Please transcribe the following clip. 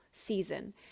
Season